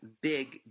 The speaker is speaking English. big